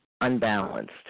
unbalanced